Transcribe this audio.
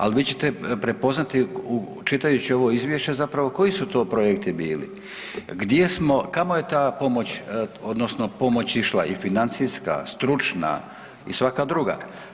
Ali vi ćete prepoznati čitajući ovo izvješće zapravo koji su to projekti bili, gdje smo, kamo je ta pomoć odnosno išla i financijska, stručna i svaka druga.